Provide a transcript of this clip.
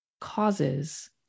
causes